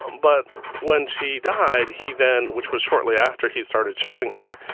but when she died, he then which was shortly after he started showing her,